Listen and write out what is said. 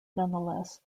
nonetheless